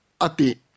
ati